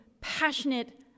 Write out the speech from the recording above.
passionate